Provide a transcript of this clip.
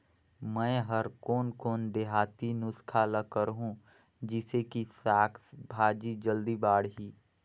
मै हर कोन कोन देहाती नुस्खा ल करहूं? जिसे कि साक भाजी जल्दी बाड़ही?